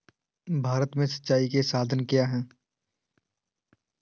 भारत में सिंचाई के साधन क्या है?